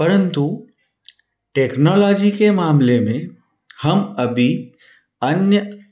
परंतु टेक्नोलोजी के मामले में हम अभी अन्य